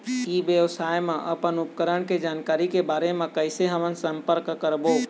ई व्यवसाय मा अपन उपकरण के जानकारी के बारे मा कैसे हम संपर्क करवो?